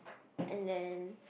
and then